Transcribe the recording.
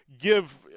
give